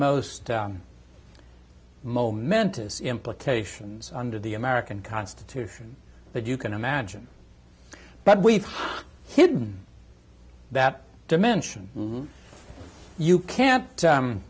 most momentous implications under the american constitution that you can imagine but we've hidden that dimension you can't